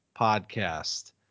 podcast